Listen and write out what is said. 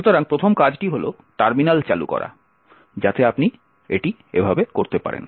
সুতরাং প্রথম কাজটি হল টার্মিনাল চালু করা যাতে আপনি এটি এভাবে করতে পারেন